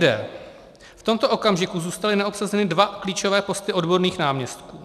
V tomto okamžiku zůstaly neobsazeny dva klíčové posty odborných náměstků.